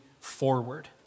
forward